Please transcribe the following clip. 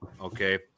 Okay